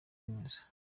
neza